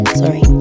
sorry